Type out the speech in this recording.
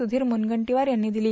सुधीर मुनगंदीवार यांनी दिली